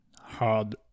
hard